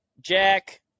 Jack